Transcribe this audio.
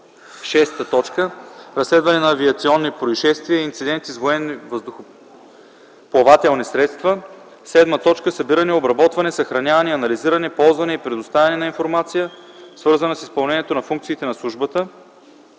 сили; 6. разследване на авиационни произшествия и инциденти с военни въздухоплавателни средства; 7. събиране, обработване, съхраняване, анализиране, ползване и предоставяне на информация, свързана с изпълнението на функциите на службата;